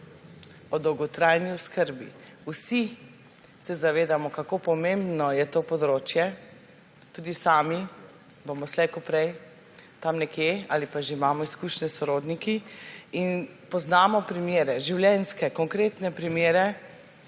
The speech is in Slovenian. O dolgotrajni oskrbi. Vsi se zavedamo, kako pomembno je to področje. Tudi sami bomo slej ko prej tam nekje ali pa že imamo izkušnje s sorodniki. Poznamo primere, življenjske, konkretne primere,